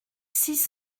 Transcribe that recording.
six